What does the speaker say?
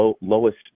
lowest